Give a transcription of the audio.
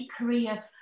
career